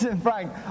Frank